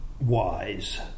wise